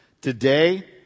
Today